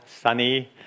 sunny